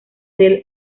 del